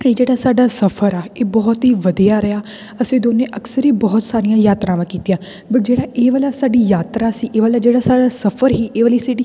ਇਹ ਜਿਹੜਾ ਸਾਡਾ ਸਫ਼ਰ ਆ ਇਹ ਬਹੁਤ ਹੀ ਵਧੀਆ ਰਿਹਾ ਅਸੀਂ ਦੋਵੇਂ ਅਕਸਰ ਹੀ ਬਹੁਤ ਸਾਰੀਆਂ ਯਾਤਰਾਵਾਂ ਕੀਤੀਆਂ ਬਟ ਜਿਹੜਾ ਇਹ ਵਾਲਾ ਸਾਡੀ ਯਾਤਰਾ ਸੀ ਇਹ ਵਾਲਾ ਜਿਹੜਾ ਸਾਡਾ ਸਫ਼ਰ ਹੀ ਇਹ ਵਾਲੀ ਸਿਟੀ